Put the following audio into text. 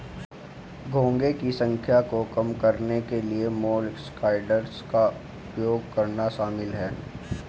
घोंघे की संख्या को कम करने के लिए मोलस्कसाइड्स का उपयोग करना शामिल है